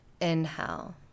inhale